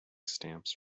stamps